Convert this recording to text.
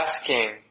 asking